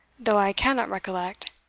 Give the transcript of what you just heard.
though i cannot recollect.